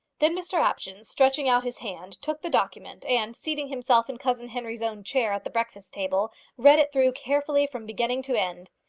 then mr apjohn, stretching out his hand, took the document, and, seating himself in cousin henry's own chair at the breakfast-table, read it through carefully from beginning to end.